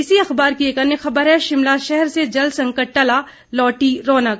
इसी अखबार की एक अन्य खबर है शिमला शहर से जल संकट टला लौटी रौनक